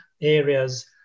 areas